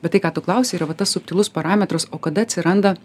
bet tai ką tu klausi yra va tas subtilus parametras o kada atsiranda